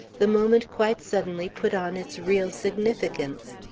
the moment quite suddenly put on its real significance.